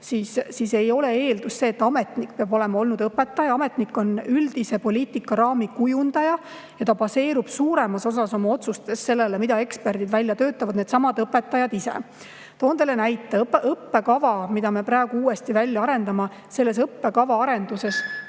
siis ei ole seda eeldust, et ametnik peab olema olnud õpetaja. Ametnik on üldise poliitikaraami kujundaja ja ta baseerub suuremas osas oma otsustes sellele, mida eksperdid on välja töötanud, needsamad õpetajad ise. Toon teile näite. Selle õppekava arenduses, mida me praegu uuesti välja arendame, tegutsevad